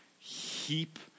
heap